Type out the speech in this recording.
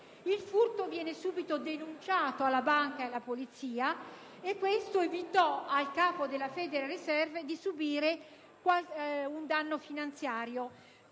Il furto venne subito denunciato alla banca e alla polizia e ciò evitò al capo della FED di subire un danno finanziario.